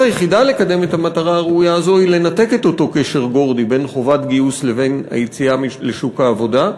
היא לנתק את אותו קשר גורדי בין חובת גיוס לבין היציאה לשוק העבודה.